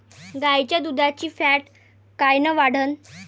गाईच्या दुधाची फॅट कायन वाढन?